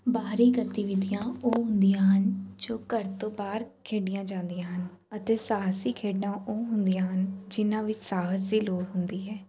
ਬਾਹਰੀ ਗਤੀਵਿਧੀਆਂ ਉਹ ਹੁੰਦੀਆਂ ਹਨ ਜੋ ਘਰ ਤੋਂ ਬਾਹਰ ਖੇਡੀਆਂ ਜਾਂਦੀਆਂ ਹਨ ਅਤੇ ਸਾਹਸੀ ਖੇਡਾਂ ਉਹ ਹੁੰਦੀਆਂ ਹਨ ਜਿਹਨਾਂ ਵਿੱਚ ਸਾਹਸ ਦੀ ਲੋੜ ਹੁੰਦੀ ਹੈ